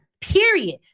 Period